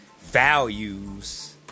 Values